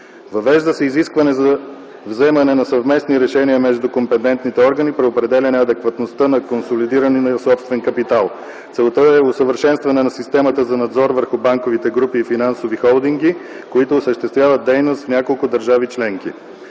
Въвежда се изискване за вземане на съвместни решения между компетентните органи при определяне адекватността на консолидирания собствен капитал. Целта е усъвършенстване на системата за надзор върху банкови групи и финансови холдинги, които осъществяват дейност в няколко държави членки.